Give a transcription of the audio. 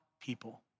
people